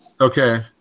okay